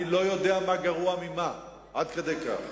אני לא יודע מה גרוע ממה, עד כדי כך.